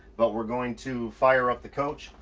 but we're going to fire up the coach.